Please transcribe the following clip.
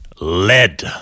Lead